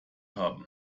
haben